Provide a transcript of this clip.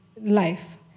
life